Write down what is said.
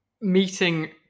meeting